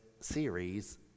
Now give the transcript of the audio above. series